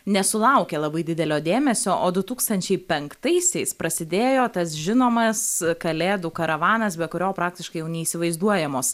nesulaukė labai didelio dėmesio o du tūkstančiai penktaisiais prasidėjo tas žinomas kalėdų karavanas be kurio praktiškai jau neįsivaizduojamos